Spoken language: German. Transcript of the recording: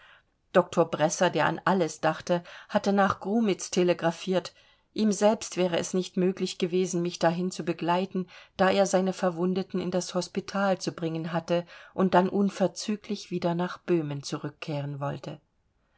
doktor bresser der an alles dachte hatte nach grumitz telegraphiert ihm selbst wäre es nicht möglich gewesen mich dahin zu begleiten da er seine verwundeten in das hospital zu bringen hatte und dann unverzüglich wieder nach böhmen zurückkehren wollte